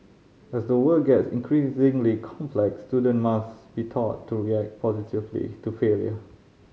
as the world gets increasingly complex student must be taught to react positively to failure